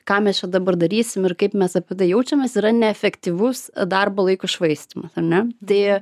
ką mes čia dabar darysim ir kaip mes apie tai jaučiamės yra neefektyvus darbo laiko švaistymas ar ne tai